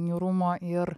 niūrumo ir